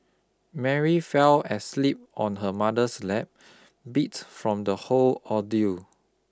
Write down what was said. Mary fell asleep on her mother's lap beat from the whole ordeal